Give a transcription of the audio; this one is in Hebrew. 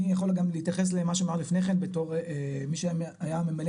אני יכול להתייחס למה שנאמר לפני כן בתור מי שהיה ממלא